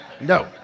No